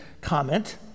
comment